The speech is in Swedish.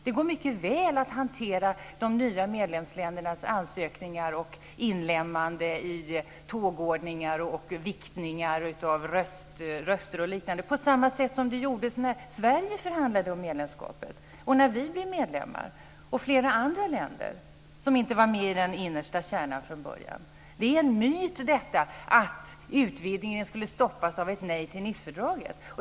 Det går mycket väl att hantera de nya medlemsländernas ansökningar och inlemmande i tågordningar och viktningar av röster på samma sätt som man gjorde när Sverige förhandlade om medlemskap. Det gällde också flera andra länder som inte var med i den innersta kärnan från början. Det är en myt att utvidgningen skulle stoppas av ett nej till Nicefördraget.